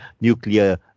nuclear